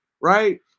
right